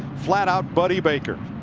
flat-out buddy baker.